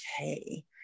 okay